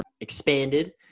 expanded